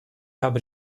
habe